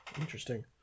Interesting